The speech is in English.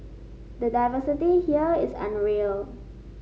the diversity here is unreal